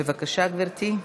בבקשה, גברתי.